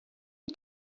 you